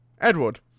Edward